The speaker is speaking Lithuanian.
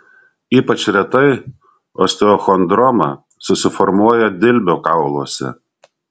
ypač retai osteochondroma susiformuoja dilbio kauluose